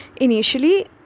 initially